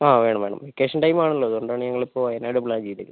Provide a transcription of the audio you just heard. ആ വേണം വേണം വെക്കേഷൻ ടൈമും ആണല്ലോ അതുകൊണ്ടാണ് ഞങ്ങളിപ്പോൾ വയനാട് പ്ലാൻ ചെയ്തേക്കുന്നത്